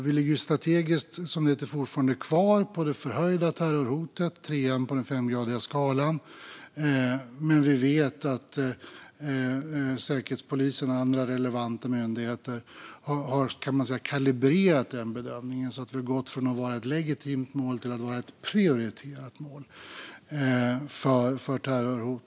Vi har strategiskt, som det heter, fortfarande kvar det förhöjda terrorhotet, trean på den femgradiga skalan, men vi vet att Säkerhetspolisen och andra relevanta myndigheter har kalibrerat den bedömningen - vi har gått från att vara ett legitimt mål till att vara ett prioriterat mål för terrorhandlingar.